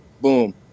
boom